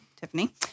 Tiffany